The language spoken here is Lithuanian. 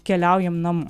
keliaujam namo